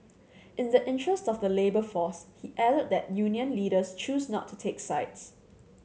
in the interest of the labour force he added that union leaders choose not to take sides